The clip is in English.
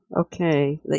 Okay